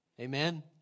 Amen